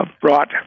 brought